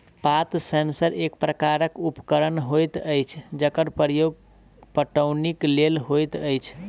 पात सेंसर एक प्रकारक उपकरण होइत अछि जकर प्रयोग पटौनीक लेल होइत अछि